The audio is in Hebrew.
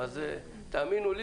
אז תאמינו לי